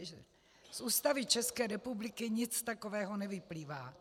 Z Ústavy České republiky nic takového nevyplývá.